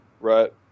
Right